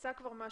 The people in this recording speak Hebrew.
יצא כבר משהו,